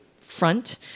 front